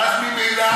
ואז ממילא,